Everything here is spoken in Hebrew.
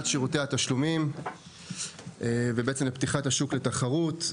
שירותי התשלומים ופתיחת השוק לתחרות.